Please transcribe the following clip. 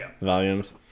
volumes